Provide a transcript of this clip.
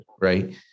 Right